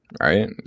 right